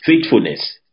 Faithfulness